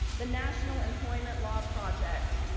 the national employment law project,